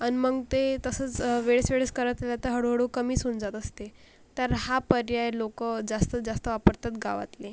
अन मग ते तसंच वेळेस वेळेस करत राहता हळूहळू कमीच होऊन जात असते तर हा पर्याय लोकं जास्तीत जास्त वापरतात गावातले